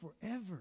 forever